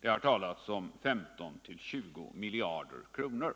Det har talats om 15-20 miljarder kronor.